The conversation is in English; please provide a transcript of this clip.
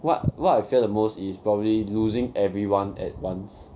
what what I fear the most is probably losing everyone at once